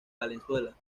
valenzuela